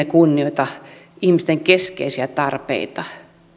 kunnioita ihmisten keskeisiä tarpeita